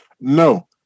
no